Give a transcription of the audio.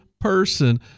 person